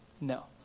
No